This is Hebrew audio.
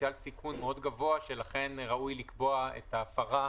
פוטנציאל סיכון מאוד גבוה וראוי לקבוע את ההפרה